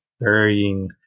varying